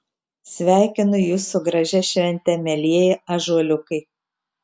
sveikinu jus su gražia švente mielieji ąžuoliukai